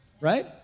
Right